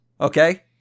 Okay